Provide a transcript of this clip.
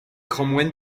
cromwell